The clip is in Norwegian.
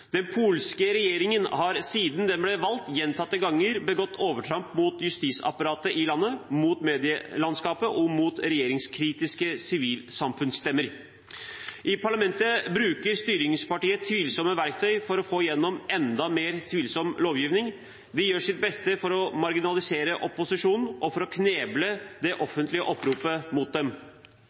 Den polske regjeringen har, siden den ble valgt, gjentatte ganger begått overtramp mot justisapparatet i landet, mot medielandskapet og mot regjeringskritiske sivilsamfunnsstemmer. I parlamentet bruker styringspartiet tvilsomme verktøy for å få igjennom enda mer tvilsom lovgivning. De gjør sitt beste for å marginalisere opposisjonen og for å kneble det offentlige oppropet mot dem.